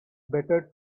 better